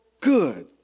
good